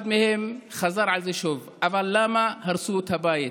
אחד מהם חזר על זה שוב: אבל למה הרסו את הבית?